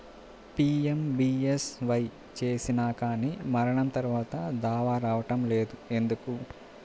PMBSY చేసినా కానీ మరణం తర్వాత దావా రావటం లేదు ఎందుకు?